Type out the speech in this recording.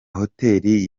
hoteli